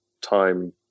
time